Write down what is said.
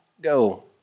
go